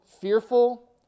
fearful